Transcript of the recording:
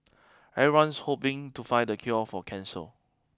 everyone's hoping to find the cure for cancer